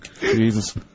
Jesus